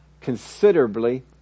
considerably